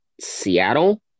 Seattle